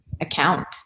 account